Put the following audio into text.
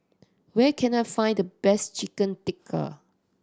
where can I find the best Chicken Tikka